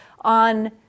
on